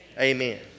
amen